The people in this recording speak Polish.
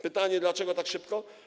Pytanie, dlaczego tak szybko.